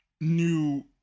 new